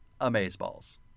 Amazeballs